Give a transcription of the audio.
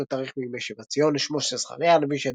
ישנו תאריך מימי שיבת ציון; שמו של זכריה הנביא,